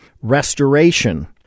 restoration